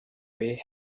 way